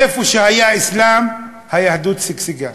איפה שהיה אסלאם, היהדות שגשגה,